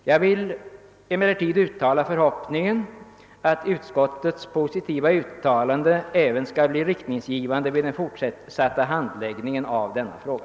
Jag vill emellertid uttala förhoppningen att utskottets positiva uttalande skall bli riktningsgivande även vid den fortsatta handläggningen av denna fråga.